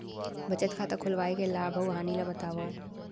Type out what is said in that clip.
बचत खाता खोलवाय के लाभ अऊ हानि ला बतावव?